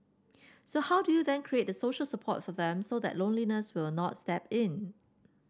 so how do you then create the social support for them so that loneliness will not step in